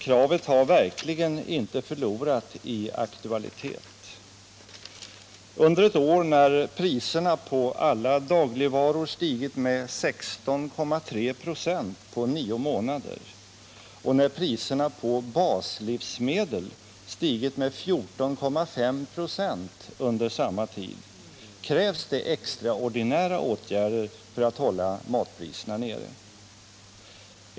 Kravet har verkligen inte förlorat i aktualitet. Under ett år när priserna på alla dagligvaror stigit med 16,3 96 på nio månader och priserna på 8 baslivsmedel stigit med 14,5 96 under samma tid, krävs det extraordinära åtgärder för att hålla matpriserna nere.